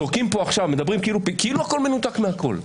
מדברים כאילו הכול מנותק מהכול.